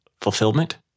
fulfillment